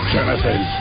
Genesis